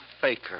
faker